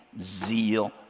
zeal